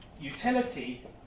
utility